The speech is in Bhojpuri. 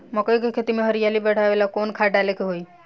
मकई के खेती में हरियाली बढ़ावेला कवन खाद डाले के होई?